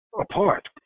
apart